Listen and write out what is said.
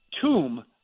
tomb